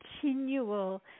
continual